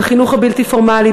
בחינוך הבלתי-פורמלי,